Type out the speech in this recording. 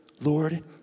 Lord